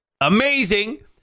Amazing